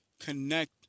connect